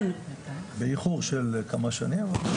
באיחור של כמה שנים.